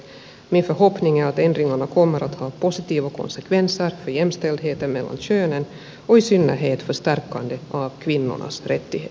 min förhoppning är att ändringarna kommer att ha positiva konsekvenser för jämställdheten mellan könen och i synnerhet för stärkandet av kvinnornas rätttig heter